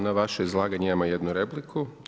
Na vaše izlaganje imamo jednu repliku.